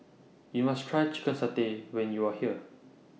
YOU must Try Chicken Satay when YOU Are here